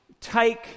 Take